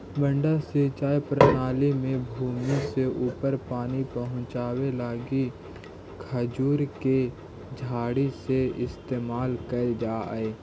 मड्डा सिंचाई प्रणाली में भूमि से ऊपर पानी पहुँचावे लगी खजूर के झाड़ी के इस्तेमाल कैल जा हइ